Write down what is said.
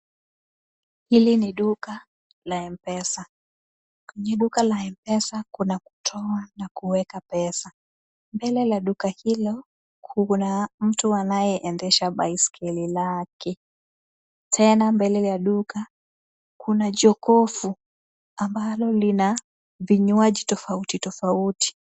Hili ni duka la mpesa. Jiduka la mpesa kuna kutoa na kuweka pesa. Mbele la duka hilo, kuna mtu anayeendesha baiskeli lake. Tena mbele ya duka, kuna jokofu ambalo lina vinywaji tofauti tofauti.